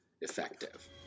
effective